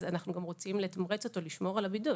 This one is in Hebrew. אז אנחנו גם רוצים לתמרץ אותו לשמור על הבידוד.